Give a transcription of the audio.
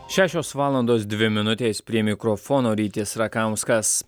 šešios valandos dvi minutės prie mikrofono rytis rakauskas